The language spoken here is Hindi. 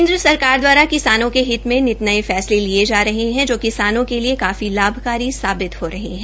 केन्द्र सरकार दवारा किसानों के हित में नित नये फैसले लिए जा रहे है जो किसानों के लिए काफी लाभकारी साबित हो रहे है